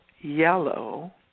Yellow